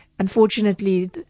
Unfortunately